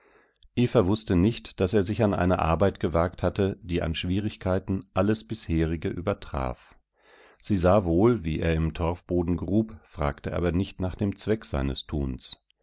wußte nicht daß er sich an eine arbeit gewagt hatte die an schwierigkeiten alles bisherige übertraf sie sah wohl wie er im torfboden grub fragte aber nicht nach dem zweck seines tuns